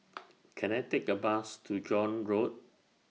Can I Take A Bus to John Road